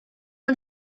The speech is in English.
and